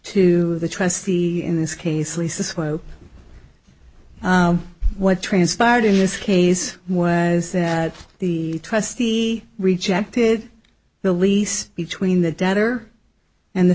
to the trustee in this case lee says quote what transpired in this case was that the trustee rejected the lease between the debtor and the